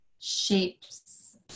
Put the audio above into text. shapes